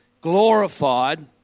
glorified